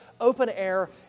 open-air